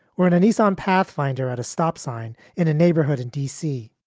were in a nissan pathfinder at a stop sign in a neighborhood in d c.